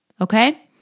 okay